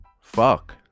Fuck